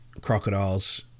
crocodiles